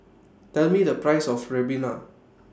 Tell Me The Price of Ribena